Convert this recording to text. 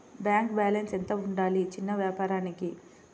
Bank balance ఎంత ఉండాలి చిన్న వ్యాపారానికి?